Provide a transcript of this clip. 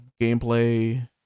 gameplay